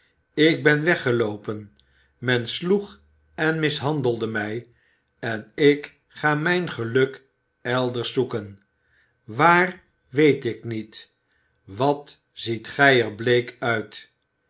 ik ben weggeloopen men sloeg en mishandelde mij en ik ga mijn geluk elders zoeken waar weet ik niet wat ziet gij er bleek uit